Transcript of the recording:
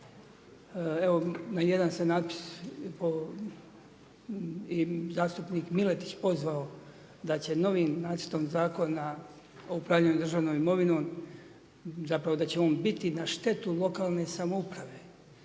evo na jedan se natpis i zastupnik Miletić pozvao, da će novim nacrtom zakona o upravljanju državnom imovinom zapravo da će on biti na štetu lokalne samouprave.